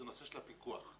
נושא הפיקוח.